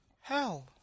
Hell